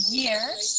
years